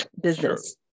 business